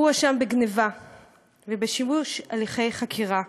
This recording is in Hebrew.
הוא הואשם בגנבה ובשיבוש הליכי חקירה.